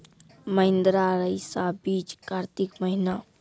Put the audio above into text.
महिंद्रा रईसा बीज कार्तिक महीना?